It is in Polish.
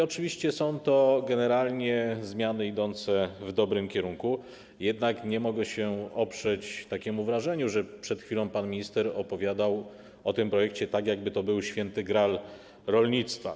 Oczywiście są to generalnie zmiany idące w dobrym kierunku, jednak nie mogę się oprzeć takiemu wrażeniu, że przed chwilą pan minister opowiadał o tym projekcie tak, jakby to był Święty Graal rolnictwa.